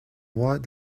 voies